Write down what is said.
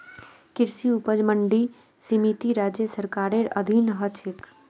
कृषि उपज मंडी समिति राज्य सरकारेर अधीन ह छेक